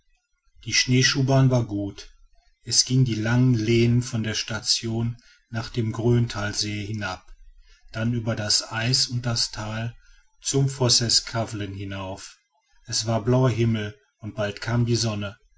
die schneeschuhbahn war gut es ging die langen lehnen von der station nach dem gröntalsee hinab dann über das eis und das tal zum vosseskavlen hinauf es war blauer himmel und bald kam die sonne